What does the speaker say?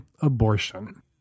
abortion